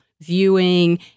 viewing